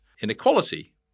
inequality